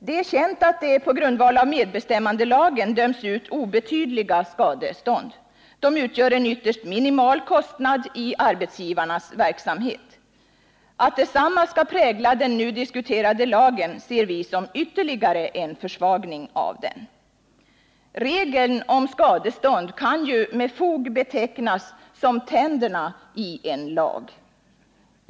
Det är känt att det på grundval av medbestämmandelagen döms ut skadestånd som är mycket obetydliga. De utgör en ytterst minimal kostnad i arbetsgivarnas verksamhet. Att detsamma skall prägla den nu diskuterade lagen ser vi som ytterligare en försvagning av den. Regeln om skadestånd kan ju med fog betecknas som tänderna i en lag.